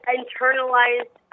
internalized